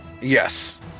Yes